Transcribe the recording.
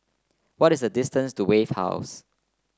what is the distance to Wave House